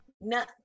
No